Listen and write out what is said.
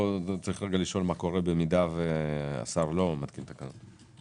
צריך לשאול מה קורה אם השר לא מתקין תקנות.